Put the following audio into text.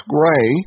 Gray